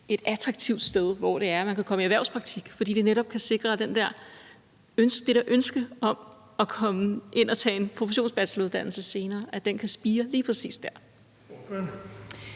et attraktivt sted, hvor man kan komme i erhvervspraktik? Det kan netop sikre, at det der ønske om at komme ind og tage en professionsbacheloruddannelse senere kan spire lige præcis dér.